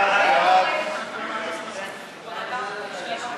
ההסתייגות (35) של קבוצת סיעת הרשימה המשותפת וקבוצת סיעת מרצ לסעיף